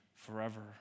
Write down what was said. forever